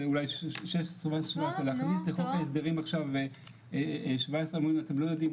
אולי 17. להכניס לחוק ההסדרים עכשיו 17 עמודים - אתם לא יודעים